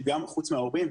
חוץ מההורים,